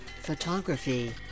photography